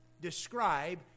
describe